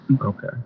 okay